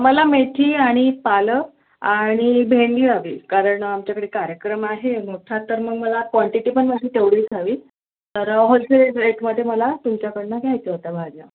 मला मेथी आणि पालक आणि भेंडी हवी कारण आमच्याकडे कार्यक्रम आहे मोठ्ठा तर मग मला क्वांटिटी पण मोठी तेवढीच हवी तर होलसेल रेटमध्ये मला तुमच्याकडून घ्यायच्या होतं भाज्या